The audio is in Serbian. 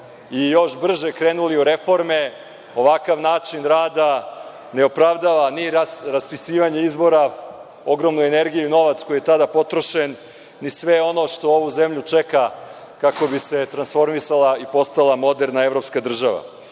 i još brže krenuli u reforme, ovakav način rada ne opravdava ni raspisivanje izbora, ogromnu energiju i novac koji je tada potrošen, ni sve ono što ovu zemlju čeka kako bi se transformisala i postala moderna evropska država. Jedan